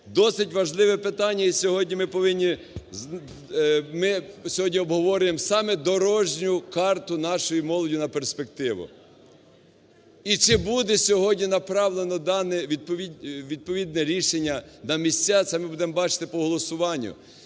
Досить важливе питання і сьогодні ми повинні… ми сьогодні обговорюємо саме дорожню карту нашої молоді на перспективу. І чи буде сьогодні направлено дане відповідне рішення на місця, це ми будемо бачити по голосуванню.